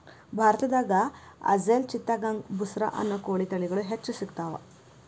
ಭಾರತದಾಗ ಅಸೇಲ್ ಚಿತ್ತಗಾಂಗ್ ಬುಸ್ರಾ ಅನ್ನೋ ಕೋಳಿ ತಳಿಗಳು ಹೆಚ್ಚ್ ಸಿಗತಾವ